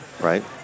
right